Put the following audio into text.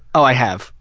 i have,